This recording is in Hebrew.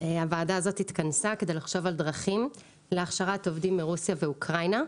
הוועדה הזאת התכנסה כדי לחשוב על דרכים להכשרת עובדים מרוסיה ואוקראינה,